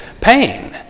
pain